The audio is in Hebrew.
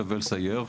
שווה לסייר,